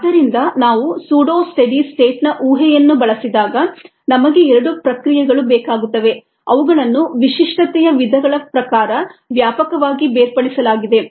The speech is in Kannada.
ಆದ್ದರಿಂದ ನಾವು ಸೂಡೋ ಸ್ಟೆಡಿ ಸ್ಟೇಟ್ನ ಊಹೆಯನ್ನು ಬಳಸಿದಾಗ ನಮಗೆ ಎರಡು ಪ್ರಕ್ರಿಯೆಗಳು ಬೇಕಾಗುತ್ತವೆ ಅವುಗಳನ್ನು ವಿಶಿಷ್ಟತೆಯ ವಿಧಗಳ ಪ್ರಕಾರ ವ್ಯಾಪಕವಾಗಿ ಬೇರ್ಪಡಿಸಲಾಗಿದೆ